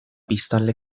biztanle